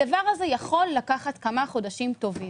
הדבר הזה יכול לקחת כמה חודשים טובים,